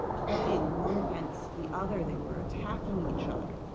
playing one against the other, they were attacking each other.